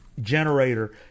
generator